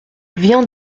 vient